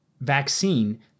vaccine